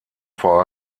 vor